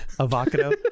Avocado